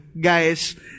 guys